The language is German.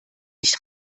nicht